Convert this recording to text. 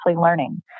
learning